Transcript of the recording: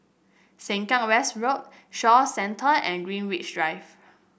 Sengkang West Road Shaw Centre and Greenwich Drive